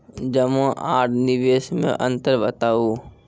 जमा आर निवेश मे अन्तर बताऊ?